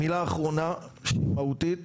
מילה אחרונה, מהותית